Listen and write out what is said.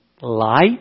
light